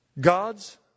God's